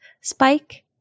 Spike